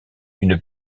une